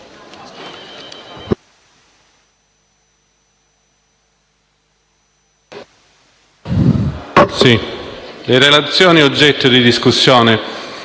le relazioni oggetto di discussione